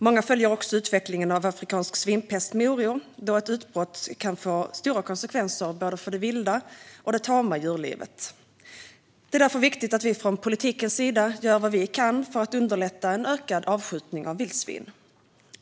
Många följer också utvecklingen av afrikansk svinpest med oro då ett utbrott kan få stora konsekvenser för både det vilda och det tama djurlivet. Det är därför viktigt att vi från politikens sida gör vad vi kan för att underlätta en ökad avskjutning av vildsvin.